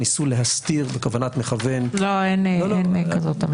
ניסו להסתיר בכוונת מכוון --- אין כזאת כוונה.